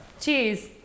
Cheers